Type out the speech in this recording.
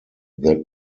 that